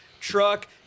truck